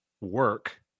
work